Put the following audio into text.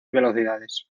velocidades